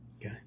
Okay